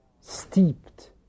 steeped